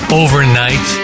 overnight